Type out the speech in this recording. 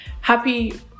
happy